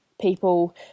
people